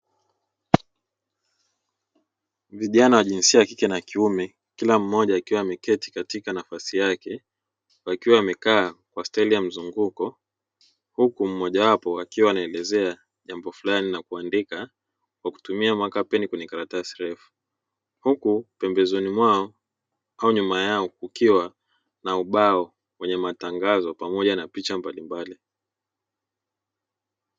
Vijana wa jinsia ya kike na ya kiume, kila mmoja akiwa ameketi katika nafasi yake wakiwa wamekaa kwa staili ya mzunguko, huku mmoja wao akiwa anaelezea jambo fulani na kuandika kwa kutumia makapeni kwenye karatasi refu. Huku pemebezoni mwao au nyuma yao kukiwa na ubao wenye matangazo pamoja na picha mbalimbali.